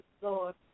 Lord